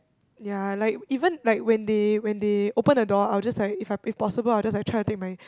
ya like even like when they when they open the door I'll just like if I possible I'll just like try to take my